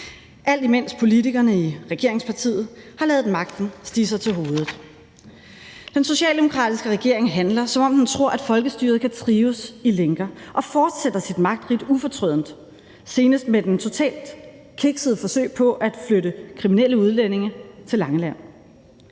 alt imens politikerne i regeringspartiet har ladet magten stige sig til hovedet. Den socialdemokratiske regering handler, som om den tror, at folkestyret kan trives i lænker, og fortsætter sit magtridt ufortrødent, senest med det totalt kiksede forsøg på at flytte kriminelle udlændinge til Langeland.